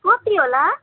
कति होला